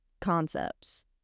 concepts